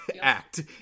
act